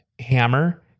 hammer